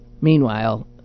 meanwhile